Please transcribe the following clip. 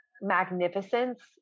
magnificence